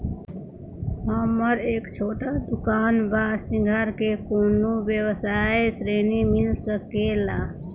हमर एक छोटा दुकान बा श्रृंगार के कौनो व्यवसाय ऋण मिल सके ला?